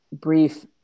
brief